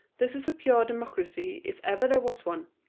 this is a pure democracy if ever there was one.